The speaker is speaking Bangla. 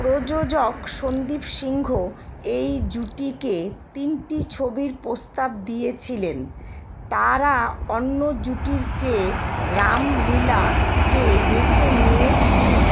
প্রযোজক সন্দীপ সিংহ এই জুটিকে তিনটি ছবির প্রস্তাব দিয়েছিলেন তারা অন্য জুটির চেয়ে রাম লীলাকে বেছে নিয়েছিলো